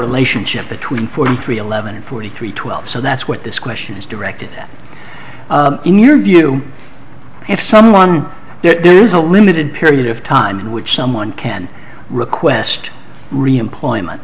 relationship between forty three eleven and forty three twelve so that's what this question is directed at in your view if someone you're doing is a limited period of time in which someone can request reemployment